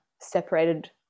separated